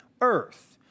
earth